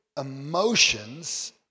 emotions